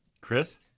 Chris